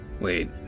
Wait